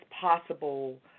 possible